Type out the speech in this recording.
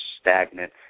stagnant